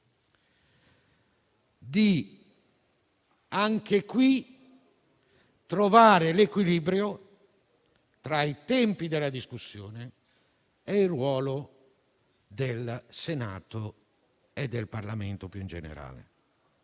carico di trovare l'equilibrio tra i tempi della discussione e il ruolo del Senato e del Parlamento più in generale.